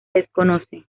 desconoce